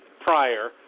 prior